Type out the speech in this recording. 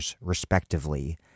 respectively